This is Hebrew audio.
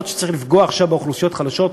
שבגינן צריך לפגוע באוכלוסיות חלשות,